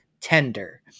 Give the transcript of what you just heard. tender